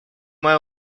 мое